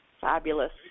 Fabulous